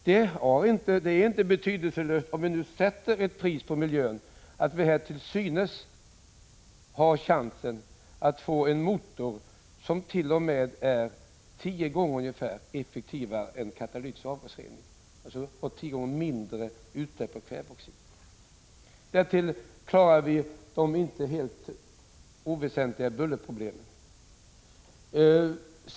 Det är inte betydelselöst, om vi nu sätter ett pris på miljön, att vi här har chansen att få en motor som, jämförd med en motor med katalytisk avgasrening, släpper ut tio gånger mindre kväveoxid. Därtill klarar vi de inte oväsentliga bullerproblemen.